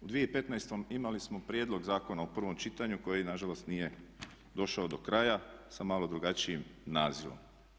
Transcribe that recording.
U 2015. imali smo prijedlog zakona u prvom čitanju koji na žalost nije došao do kraja sa malo drugačijim nazivom.